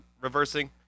Reversing